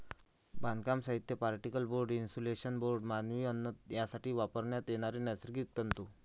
बांधकाम साहित्य, particle board, insulation board, मानवी अन्न यासाठी वापरण्यात येणारे नैसर्गिक तंतू